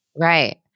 Right